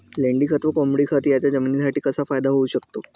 लेंडीखत व कोंबडीखत याचा जमिनीसाठी कसा फायदा होऊ शकतो?